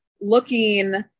looking